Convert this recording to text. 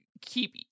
keep